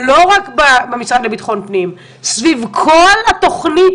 לא רק במשרד לביטחון הפנים סביב כל התוכנית